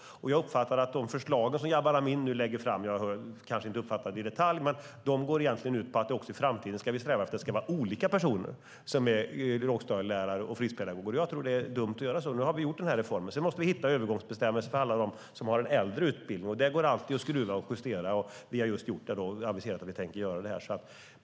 Jag uppfattar att de förslag som Jabar Amin nu lägger fram - jag har kanske inte uppfattat dem i detalj - egentligen går ut på att vi ska sträva efter att lågstadieläraren och fritidspedagogen också i framtiden ska vara olika personer. Jag tror att det är dumt att göra så. Nu har vi gjort den här reformen. Sedan måste vi hitta övergångsbestämmelser för alla dem som har en äldre utbildning. Det går alltid att skruva och justera, och vi har just aviserat att vi tänker göra det här.